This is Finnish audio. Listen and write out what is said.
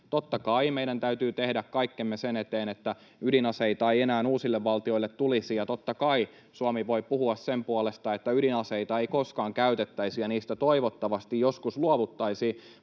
Totta kai meidän täytyy tehdä kaikkemme sen eteen, että ydinaseita ei enää uusille valtioille tulisi, ja totta kai Suomi voi puhua sen puolesta, että ydinaseita ei koskaan käytettäisi ja niistä toivottavasti joskus luovuttaisiin.